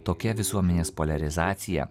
tokia visuomenės poliarizacija